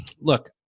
look